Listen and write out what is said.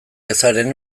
ezaren